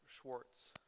Schwartz